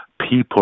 people